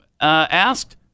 asked